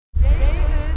David